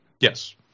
Yes